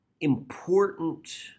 important